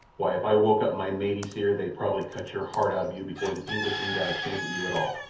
why, if i woke up my maties here they'd probably cut your heart out of you before the englishman got a chance at you at all.